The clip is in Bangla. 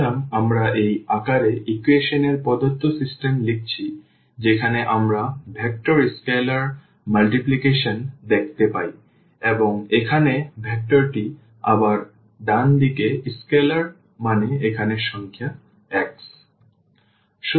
সুতরাং আমরা এই আকারে ইকুয়েশন এর প্রদত্ত সিস্টেম লিখেছি যেখানে আমরা ভেক্টর স্কেলার গুণ দেখতে পাই এবং এখানে ভেক্টরটি আবার ডান দিকে স্কেলার মানে এখানে সংখ্যা x